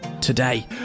today